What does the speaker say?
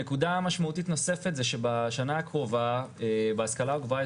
נקודה משמעותית נוספת זה שבשנה הקרובה בהשכלה הגבוהה,